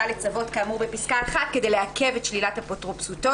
לצוות כאמור בפסקה (1) כדי לעכב את שלילת אפוטרופסותו,